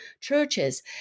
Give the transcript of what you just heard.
churches